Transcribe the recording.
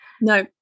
No